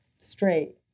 straight